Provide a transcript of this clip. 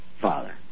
Father